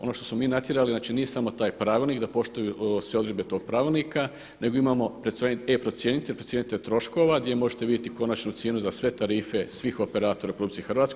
Ono što smo mi natjerali znači nije samo taj pravilnik da poštuju sve odredbe tog pravilnika, nego imamo e-procjenitelj, procjenitelj troškova gdje možete vidjeti konačnu cijenu za sve tarife svih operatora u RH.